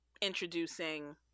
introducing